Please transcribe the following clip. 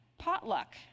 potluck